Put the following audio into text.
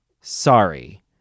sorry